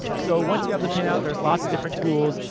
um so, once you have the pin out, there's lots of different tools.